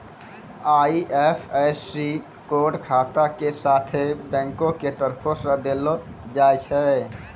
IFSC code खाता के साथे बैंको के तरफो से देलो जाय छै